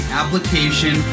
application